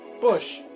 Bush